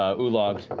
ah ulog.